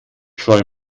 scheu